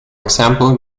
example